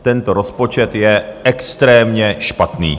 Tento rozpočet je extrémně špatný.